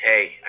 hey